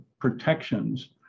protections